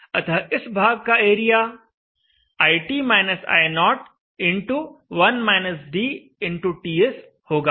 अतः इस भाग का area IT - I0 x 1 - dTS होगा